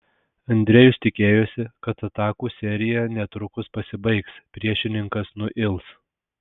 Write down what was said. andrejus tikėjosi kad atakų serija netrukus pasibaigs priešininkas nuils